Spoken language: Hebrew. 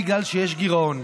בגלל שיש גירעון,